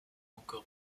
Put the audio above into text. encore